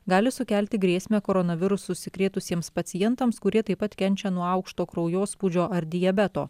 gali sukelti grėsmę koronavirusu užsikrėtusiems pacientams kurie taip pat kenčia nuo aukšto kraujospūdžio ar diabeto